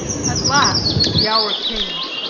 at last the hour came.